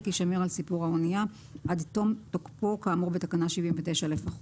יישמר על סיפון האנייה עד תום תוקפו כאמור בתקנה 79 לפחות.